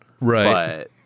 Right